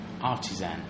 artisan